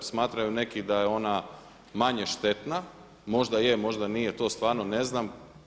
Smatraju neki da je ona manje štetna, možda je, možda nije to stvarno ne znam.